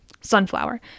Sunflower